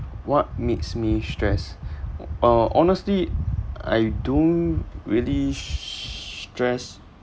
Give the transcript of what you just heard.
what makes me stress uh honestly I don't really str~ stress